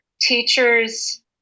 teachers